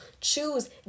choose